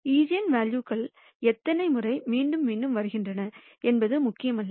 எஜென்வெல்யூக்கள் எத்தனை முறை மீண்டும் மீண்டும் வருகின்றன என்பது முக்கியமல்ல